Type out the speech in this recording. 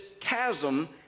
chasm